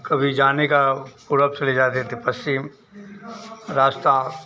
कभी जाने का पूर्व चले जाते थे पश्चिम रास्ता